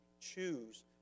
choose